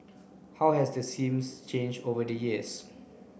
how has the seems change over the years